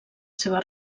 seva